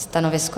Stanovisko?